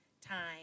time